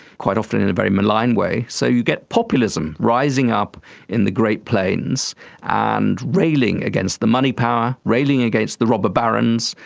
quite often in a very maligned way. so you get populism rising up in the great plains and railing against the money power, railing against the robber barons,